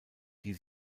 die